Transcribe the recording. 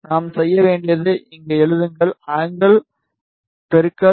நாம் செய்ய வேண்டியது இங்கே எழுதுங்கள் angle pi 180